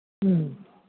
ഉം